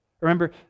Remember